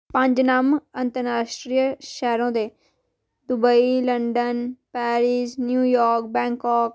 पंज नाम अंतराश्ट्री शैहरें दे Dubai London Paris New York Bangkok